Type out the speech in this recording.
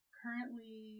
currently